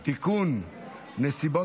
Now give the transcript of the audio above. לקשישים,